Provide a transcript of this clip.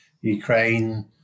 Ukraine